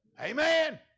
Amen